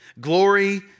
glory